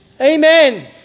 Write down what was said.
Amen